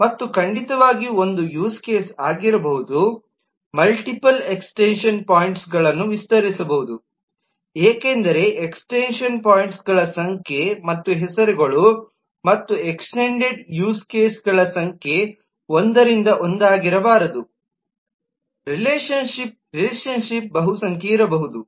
ಮತ್ತು ಖಂಡಿತವಾಗಿಯೂ ಒಂದು ಯೂಸ್ ಕೇಸ್ ಆಗಿರಬಹುದು ಮಲ್ಟಿಪಲ್ ಎಕ್ಸ್ಟೆನ್ಶನ್ ಪಾಯಿಂಟ್ಸ್ಗಳನ್ನು ವಿಸ್ತರಿಸಬಹುದು ಏಕೆಂದರೆ ಎಕ್ಸ್ಟೆನ್ಶನ್ ಪಾಯಿಂಟ್ಗಳ ಸಂಖ್ಯೆ ಮತ್ತು ಹೆಸರುಗಳು ಮತ್ತು ಎಕ್ಸ್ಟೆಂಡೆಡ್ ಯೂಸ್ ಕೇಸ್ಗಳ ಸಂಖ್ಯೆ ಒಂದರಿಂದ ಒಂದಾಗಿರಬಾರದು ರಿಲೇಶನ್ಶಿಪ್ ಬಹು ಸಂಖ್ಯೆಯಿರಬಹುದು